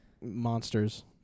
monsters